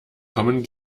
kommen